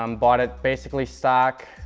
um bought it basically stock.